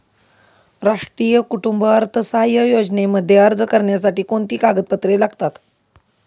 राष्ट्रीय कुटुंब अर्थसहाय्य योजनेमध्ये अर्ज करण्यासाठी कोणती कागदपत्रे लागतात?